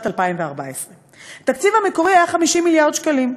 2014. התקציב המקורי היה 50 מיליארד שקלים.